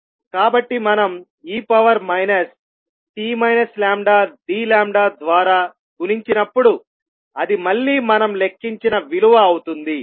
కాబట్టి మనం e t d ద్వారా గుణించినప్పుడు అది మళ్ళీ మనం లెక్కించిన విలువ అవుతుంది